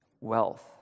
wealth